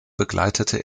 begleitete